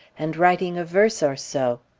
and writing a verse or so.